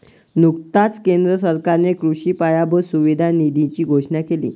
नुकताच केंद्र सरकारने कृषी पायाभूत सुविधा निधीची घोषणा केली